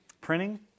printing